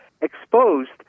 exposed